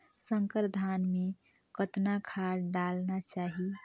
संकर धान मे कतना खाद डालना चाही?